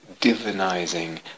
divinizing